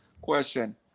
question